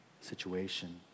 situation